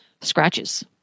scratches